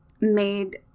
made